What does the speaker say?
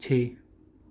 ਛੇ